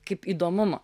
kaip įdomumo